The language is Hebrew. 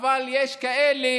אבל יש כאלה